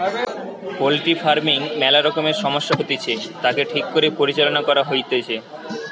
poultry farming ম্যালা রকমের সমস্যা হতিছে, তাকে ঠিক করে পরিচালনা করতে হইতিছে